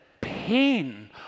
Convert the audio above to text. pain